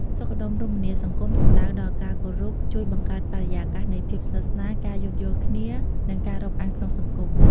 សុខដុមរមនាសង្គម សំដៅដល់ការគោរពជួយបង្កើតបរិយាកាសនៃភាពស្និទ្ធស្នាល ការយោគយល់គ្នា និងការរាប់អានក្នុងសង្គម។